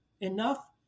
enough